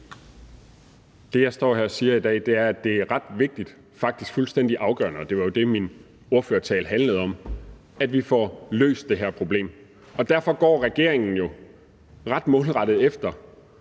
Det, jeg står her og siger i dag, er, at det er ret vigtigt, faktisk fuldstændig afgørende – og det var jo det, min ordførertale handlede om – at vi får løst det her problem. Og derfor går regeringen jo ret målrettet efter